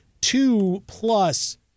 two-plus –